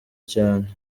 cyane